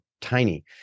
tiny